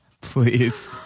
please